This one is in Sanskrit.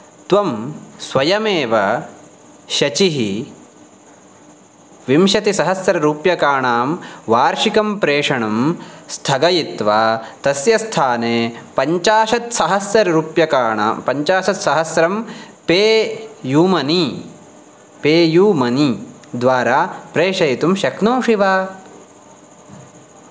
त्वं स्वयमेव शचिः विंशतिसहस्ररूप्यकाणां वार्षिकं प्रेषणं स्थगयित्वा तस्य स्थाने पञ्चाशत्सहस्ररूप्यकाणां पञ्चाशत्सहस्रं पेयू मनी पेयू मनी द्वारा प्रेषयितुं शक्नोषि वा